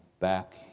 back